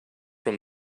from